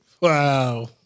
Wow